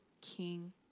king